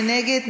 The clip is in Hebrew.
מי נגד?